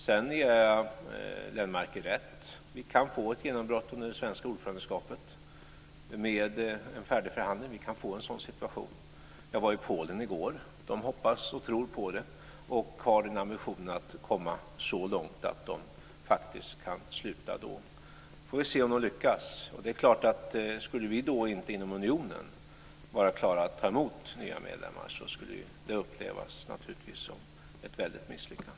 Jag ger Lennmarker rätt i att vi kan få ett genombrott under det svenska ordförandeskapet med en färdig förhandling. Jag var i Polen i går, och där hoppas och tror man på detta och har ambitionen att komma så långt att man faktiskt kan avsluta processen då. Vi får se om det lyckas. Skulle vi då inte inom unionen vara klara att ta emot nya medlemmar, skulle det naturligtvis upplevas som ett väldigt misslyckande.